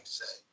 say